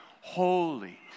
Holy